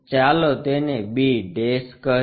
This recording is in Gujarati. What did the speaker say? ચાલો તેને b કહીએ